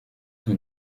nti